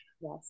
Yes